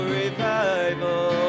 revival